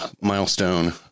milestone